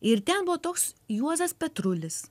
ir ten buvo toks juozas petrulis